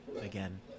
again